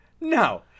No